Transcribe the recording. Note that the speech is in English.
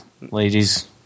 ladies